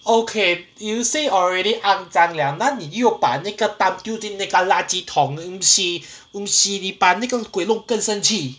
okay you say already 肮脏 liao 那你又把那个 thumb 丢进那个垃圾桶你把那个鬼弄更生气